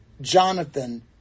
Jonathan